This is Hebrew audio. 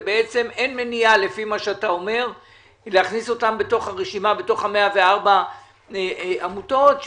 מה עם ה-103 האחרות?